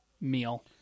meal